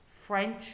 French